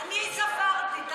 אני ספרתי.